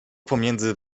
pomiędzy